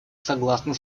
согласно